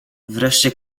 wreszcie